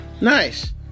Nice